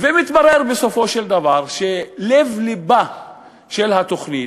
ומתברר בסופו של דבר שלב-לבה של התוכנית,